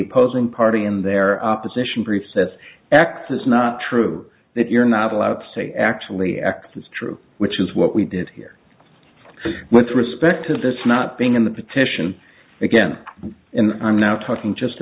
opposing party in their opposition group says x is not true that you're not allowed to say actually x is true which is what we did here with respect to this not being in the petition again in i'm now talking just